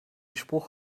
spruch